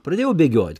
pradėjau bėgiot